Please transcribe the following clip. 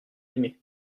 aimé